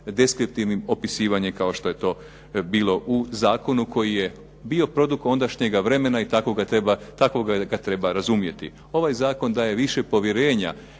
deskriptivnim opisivanjem kao što je to bilo u zakonu koji je bio produkt ondašnjega vremena i takvoga ga treba razumjeti. Ovaj zakon daje više povjerenja